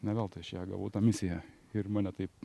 ne veltui aš ją gavau tą misiją ir mane taip